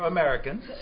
Americans